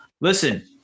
Listen